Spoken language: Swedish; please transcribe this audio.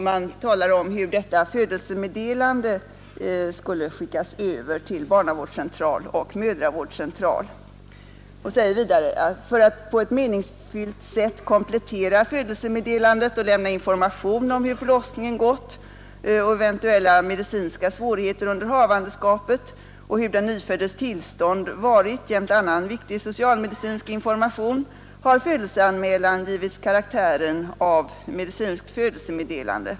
Man redogör för hur födelsemeddelandet skulle skickas över till barnavårdscentral och mödravårdscentral och säger vidare: ”För att på ett meningsfyllt sätt komplettera födelsemeddelandet och lämna information om hur förlossningen gått och ev. medicinska svårigheter under havandeskapet och hur den nyföddes tillstånd varit jämte annan viktig socialmedicinsk information, har födelseanmälan givits karaktären av medicinskt födelsemeddelande.